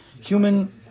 Human